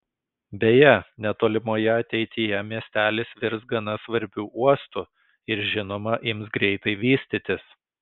beje netolimoje ateityje miestelis virs gana svarbiu uostu ir žinoma ims greitai vystytis